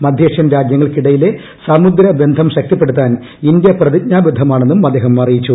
മധ്യേഷ്യൻ രാജ്യങ്ങൾക്കിടയിലെ സമുദ്രബന്ധം ശക്തിപ്പെടുത്താൻ ഇന്ത്യ പ്രതി ജ്ഞാബദ്ധമാണെന്നും അദ്ദേഹം അറിയിച്ചു